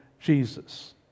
Jesus